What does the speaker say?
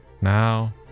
Now